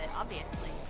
and obviously.